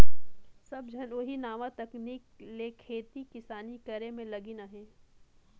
सब झन ओही नावा तकनीक ले खेती किसानी करे में लगिन अहें